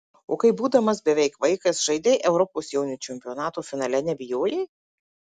o kai būdamas beveik vaikas žaidei europos jaunių čempionato finale nebijojai